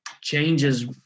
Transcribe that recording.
changes